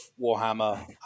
Warhammer